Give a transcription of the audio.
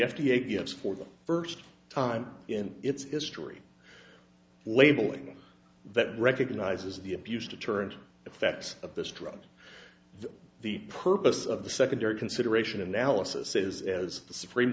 a gives for the first time in its history labeling that recognizes the abuse deterrent effect of this drug the purpose of the secondary consideration analysis is as the supreme